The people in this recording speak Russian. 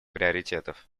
приоритетов